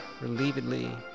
relievedly